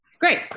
Great